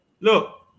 Look